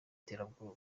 iterabwoba